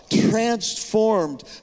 transformed